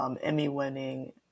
Emmy-winning